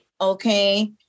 okay